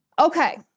Okay